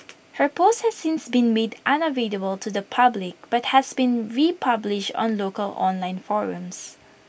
her post has since been made unavailable to the public but has been republished on local online forums